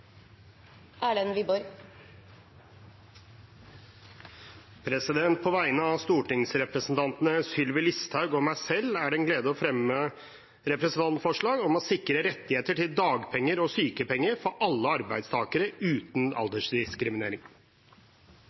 På vegne av stortingsrepresentanten Sylvi Listhaug og meg selv er det en glede å fremme et representantforslag om å sikre rettigheter til dagpenger og sykepenger for alle arbeidstakere uten aldersdiskriminering.